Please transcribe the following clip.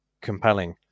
compelling